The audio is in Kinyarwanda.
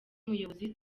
umuyobozi